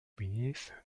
beneath